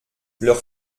leur